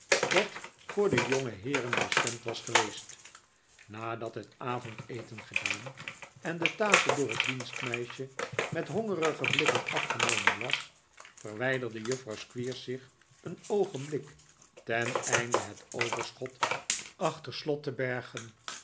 dat voor de jongeheeren bestemd was geweest nadat het avondeten gedaan en de tafel door het dienstmeisje met hongerige blikken afgenomen was verwijderde juffrouw squeers zich een oogenblik teneinde het overschot achter slot te bergen